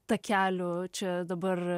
takelių čia dabar